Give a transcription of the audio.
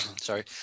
sorry